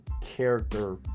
character